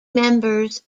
members